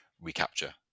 recapture